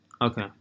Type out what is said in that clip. Okay